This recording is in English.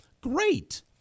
Great